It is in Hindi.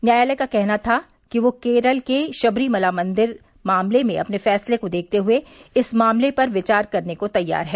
न्यायालय का कहना था कि वह केरल के शबरीमला मंदिर मामले में अपने फैंसले को देखते हुए इस मामले पर विचार करने को तैयार है